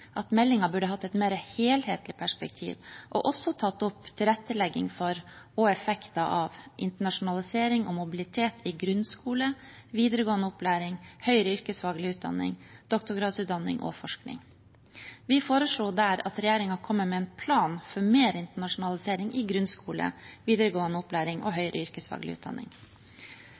at meldingen burde hatt et mer helhetlig perspektiv og også tatt opp tilrettelegging for og effekter av internasjonalisering og mobilitet i grunnskole, videregående opplæring, høyere yrkesfaglig utdanning, doktorgradsutdanning og forskning. Vi foreslo der at regjeringen kommer med en plan for mer internasjonalisering i grunnskole, videregående opplæring og høyere yrkesfaglig utdanning.